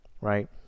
right